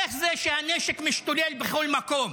איך זה שהנשק משתולל בכל מקום?